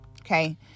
Okay